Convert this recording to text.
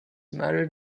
married